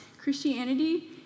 Christianity